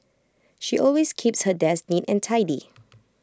she always keeps her desk neat and tidy